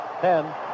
ten